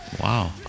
Wow